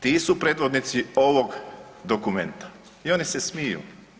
Ti su predvodnici ovog dokumenta i oni se smiju.